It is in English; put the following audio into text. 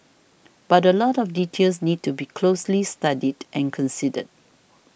but a lot of details need to be closely studied and considered